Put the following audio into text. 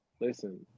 Listen